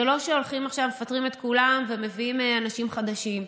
זה לא שהולכים עכשיו ומפטרים את כולם ומביאים אנשים חדשים.